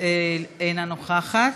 אינה נוכחת,